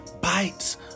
bites